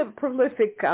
prolific